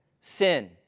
Sin